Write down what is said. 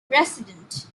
resident